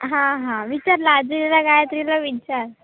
हां हां विचारलं आदितीला गायत्रीला विचार